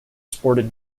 sported